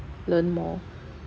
learn more